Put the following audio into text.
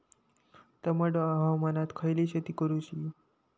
दमट हवामानात खयली शेती करूची?